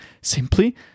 simply